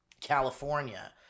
California